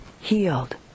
healed